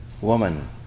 Woman